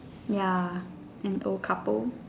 ya an old couple